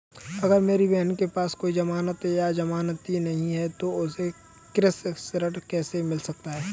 अगर मेरी बहन के पास कोई जमानत या जमानती नहीं है तो उसे कृषि ऋण कैसे मिल सकता है?